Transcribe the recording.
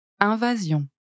Invasion